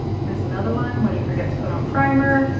here's another one when you forget to put on primer.